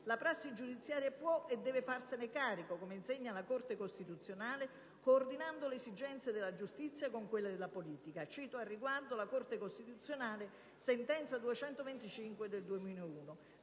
la prassi giudiziaria può e deve farsene carico - come insegna la Corte costituzionale - coordinando le esigenze della giustizia con quelle della politica. Cito al riguardo la Corte costituzionale e precisamente la